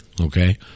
Okay